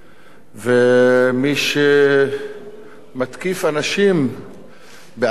ומי שמתקיף אנשים באדמתם,